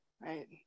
right